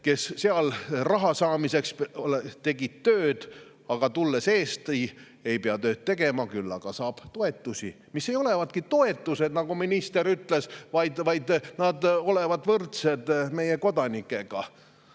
kes seal raha saamiseks tegid tööd, aga tulles Eestisse, ei pea tööd tegema, küll aga saavad toetusi. Need ei olevatki toetused, nagu minister ütles, vaid nad olevat võrdsed meie kodanikega.